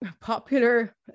popular